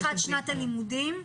עם פתיחת שנת הלימודים,